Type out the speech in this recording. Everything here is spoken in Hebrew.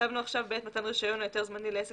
כתבנו "בעת מתן רישיון או היתר זמני לעסק